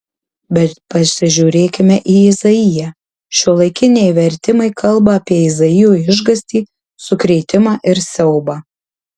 bet pasižiūrėkime į izaiją šiuolaikiniai vertimai kalba apie izaijo išgąstį sukrėtimą ir siaubą